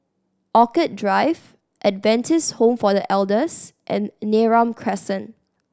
Orchid Drive Adventist Home for The Elders and Neram Crescent